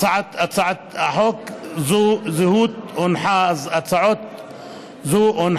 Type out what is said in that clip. הצעת חוק זו הונחה על